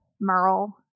Merle